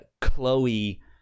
Chloe